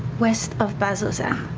west of bazzoxan?